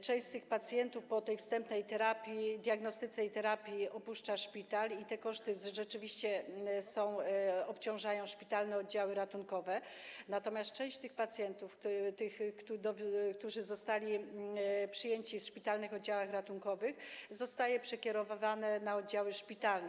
Część tych pacjentów po tej wstępnej diagnostyce i terapii opuszcza szpital i te koszty rzeczywiście obciążają szpitalne oddziały ratunkowe, natomiast część tych pacjentów, tych, którzy zostali przyjęci w szpitalnych oddziałach ratunkowych, zostaje przekierowywana na oddziały szpitalne.